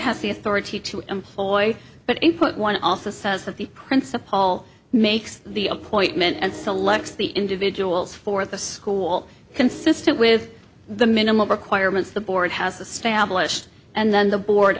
has the authority to employ but input one also says that the principal makes the appointment and selects the individuals for the school consistent with the minimal requirements the board has the stablished and then the board